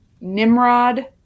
Nimrod